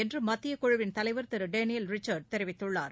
என்று மத்திய குழுவின் தலைவர் திரு டேனியல் ரிச்சர்ட் தெரிவித்துள்ளார்